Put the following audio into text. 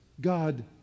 God